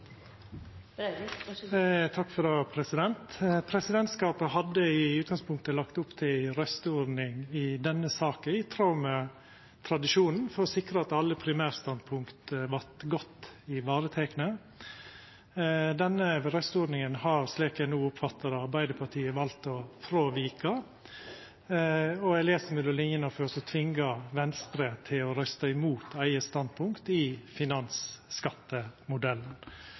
Presidentskapet hadde i utgangspunktet lagt opp til ei røysteordning i denne saka i tråd med tradisjonen, for å sikra at alle primærstandpunkta vart godt varetekne. Denne røysteordninga har, slik eg no oppfattar det, Arbeidarpartiet valt å fråvika – og eg les mellom linjene – for å tvinga Venstre til å røysta imot sitt eige standpunkt om finansskattemodellen.